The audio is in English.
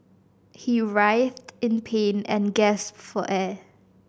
he writhed in pain and gasped for air